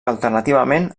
alternativament